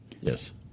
Yes